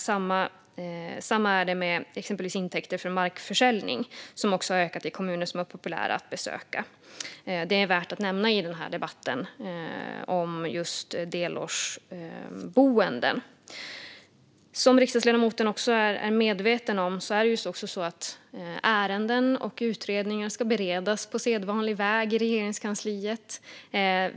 Likadant är det med exempelvis intäkter från markförsäljning, som också har ökat i kommuner som är populära att besöka. Det är värt att nämna i debatten om delårsboenden. Som riksdagsledamoten är medveten om är det också så att ärenden och utredningar ska beredas på sedvanlig väg i Regeringskansliet.